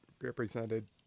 represented